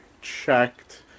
checked